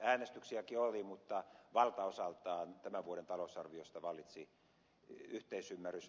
äänestyksiäkin oli mutta valtaosaltaan tämän vuoden talousarviosta vallitsi yhteisymmärrys